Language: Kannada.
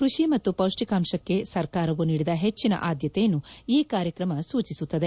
ಕೃಷಿ ಮತ್ತು ಪೌಷ್ಟಿಕಾಂಶಕ್ಕೆ ಸರ್ಕಾರವು ನೀಡಿದ ಹೆಚ್ಚಿನ ಆದ್ಯತೆಯನ್ನು ಈ ಕಾರ್ಯಕ್ರಮ ಸೂಚಿಸುತ್ತದೆ